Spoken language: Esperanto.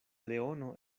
leono